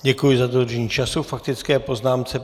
Děkuji za dodržení času k faktické poznámce.